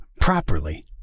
properly